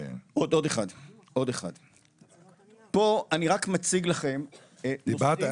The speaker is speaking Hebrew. פה אני רק מציג לכם --- סליחה,